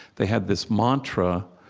they had this mantra.